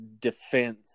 defense